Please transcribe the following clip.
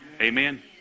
Amen